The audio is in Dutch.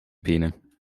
benen